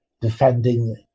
defending